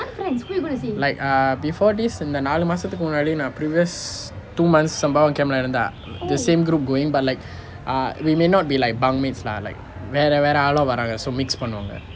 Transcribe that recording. like err before this இந்த நாலு மாசத்துக்கு முன்னாடி நான்:intha naalu maasathukku munnaadi previous two months sembawang camp லே இருந்த:le iruntha the same group going but like err we may not be like bunk mates lah like வேற வேற ஆளும் வராங்க:vera vera aalum varaanga so mix பண்ணுவாங்க:pannuvaanga